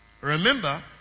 Remember